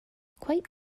quite